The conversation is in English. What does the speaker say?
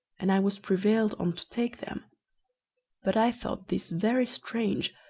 and i was prevailed on to take them but i thought this very strange,